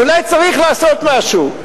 אולי צריך לעשות משהו,